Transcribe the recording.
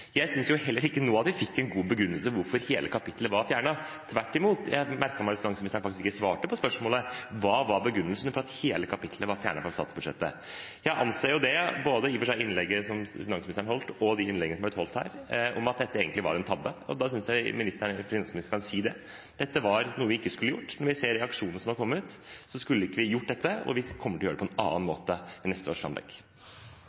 Jeg synes heller ikke nå vi fikk en god begrunnelse på hvorfor hele kapittelet var fjernet. Tvert imot merket jeg meg at finansministeren faktisk ikke svarte på spørsmålet: Hva var begrunnelsen for at hele kapittelet var fjernet fra statsbudsjettet? Jeg anser det i og for seg ut fra det innlegget som finansministeren holdt, og de innleggene som har blitt holdt her, som at dette egentlig var en tabbe. Da synes jeg finansministeren kan si det: Dette var noe vi ikke skulle gjort – når vi ser reaksjonene som har kommet, skulle vi ikke gjort dette, og vi kommer til å gjøre det på en annen måte i neste års framlegg.